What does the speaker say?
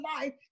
life